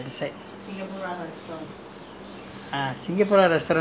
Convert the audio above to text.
you can see the [what] the jumzam on the other side